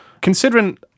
Considering